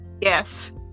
Yes